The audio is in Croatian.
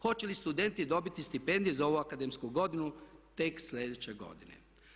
Hoće li studenti dobiti stipendije za ovu akademsku godinu tek sljedeće godine?